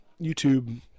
YouTube